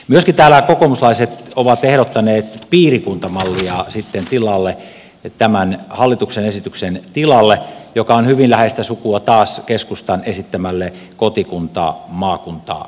myöskin täällä kokoomuslaiset ovat ehdottaneet sitten tämän hallituksen esityksen tilalle piirikuntamallia joka on hyvin läheistä sukua taas keskustan esittämälle kotikuntamaakunta mallille